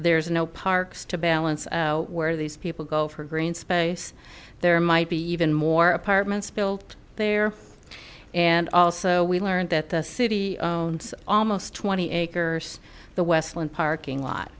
there's no parks to balance out where these people go for green space there might be even more apartments built there and also we learned that the city owns almost twenty acres the westland parking lot